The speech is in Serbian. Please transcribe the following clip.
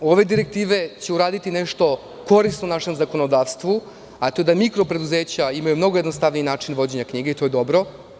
Ove direktive će uradi nešto korisno našem zakonodavstvu, a to je da mikro preduzeća imaju mnogo jednostavniji način vođenja knjiga i to je dobro.